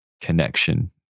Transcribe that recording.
connection